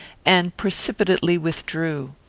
and precipitately withdrew.